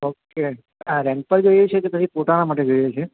okay આ રેન પર જોઈએ છે કે પછી પોતાનાં માટે જોઈએ છે